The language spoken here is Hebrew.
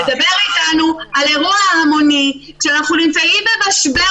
לדבר איתנו על אירוע המוני כשאנחנו נמצאים במשבר